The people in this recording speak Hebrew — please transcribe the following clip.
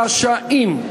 רשאים.